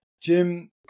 Jim